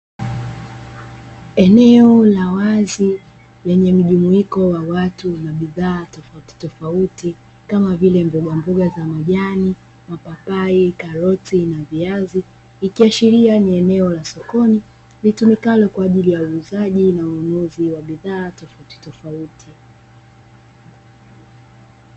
Eneo la wazi lenye mjumuiko wa watu na bidhaa tofautitofauti, kama vile mbogamboga za majani, mapapai, karoti na viazi; ikiashiria ni eneo la sokoni litumikalo kwa ajili ya uuzaji na ununuzi wa bidhaa tofautitofauti.